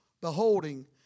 beholding